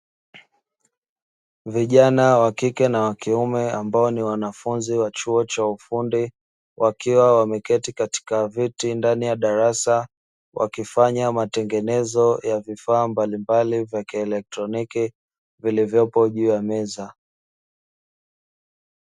Vijana wa kike na wa kiume ambao ni wanafunzi wa chuo cha ufundi, wakiwa wameketi katika viti ndani ya darasa wakifanya matengenezo ya vifaa mbalimbali vya kielektroniki vilivyopo juu ya meza.